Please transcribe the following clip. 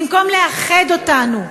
במקום לאחד אותנו?